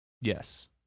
Yes